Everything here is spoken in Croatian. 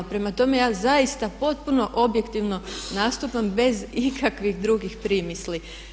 Prema tome, ja zaista potpuno objektivno nastupam bez ikakvih drugih primisli.